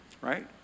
right